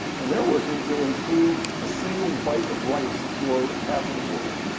and they're working to improve a single bite of rice for half of the world.